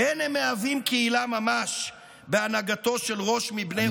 "אין הם מהווים קהילה ממש בהנהגתו של ראש מבני אומתם,